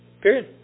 Period